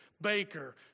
Baker